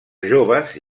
joves